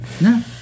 No